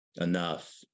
enough